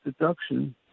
deduction